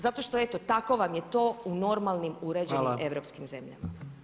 Zato što eto tako vam je to u normalnim uređenim europskim zemljama.